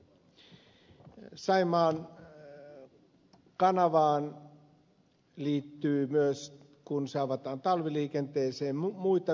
saimaan kanavaan liittyy myös kun se avataan talviliikenteelle muita ympäristökysymyksiä